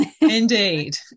Indeed